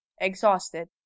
exhausted